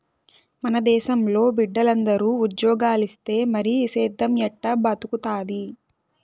మన దేశంలో బిడ్డలందరూ ఉజ్జోగాలిస్తే మరి సేద్దెం ఎట్టా బతుకుతాది